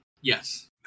Yes